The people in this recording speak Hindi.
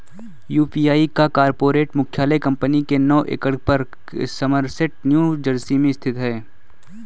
यू.पी.आई का कॉर्पोरेट मुख्यालय कंपनी के नौ एकड़ पर समरसेट न्यू जर्सी में स्थित है